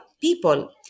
people